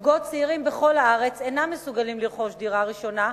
זוגות צעירים בכל הארץ אינם מסוגלים לרכוש דירה ראשונה,